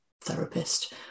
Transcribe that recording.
therapist